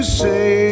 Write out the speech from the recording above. say